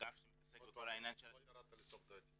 אגף שמתעסק בכל העניין של --- לא ירדת לסוף דעתי.